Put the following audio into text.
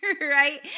Right